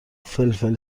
فلفل